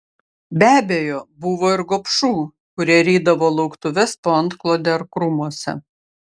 be abejo buvo ir gobšų kurie rydavo lauktuves po antklode ar krūmuose